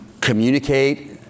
communicate